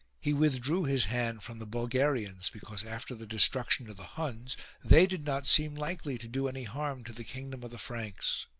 he withdrew his hand from the bulgarians, because after the destruction of the huns they did not seem likely to do any harm to the kingdom of the franks.